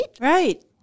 Right